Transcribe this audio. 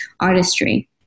artistry